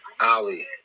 Ali